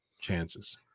chances